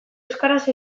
euskaraz